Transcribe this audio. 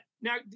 now